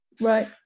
right